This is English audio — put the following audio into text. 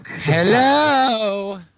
Hello